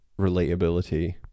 relatability